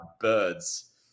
birds